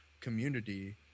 community